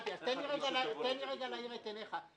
אז תן לי להאיר את עיניך.